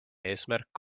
eesmärk